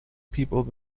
people